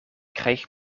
krijg